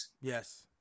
yes